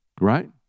Right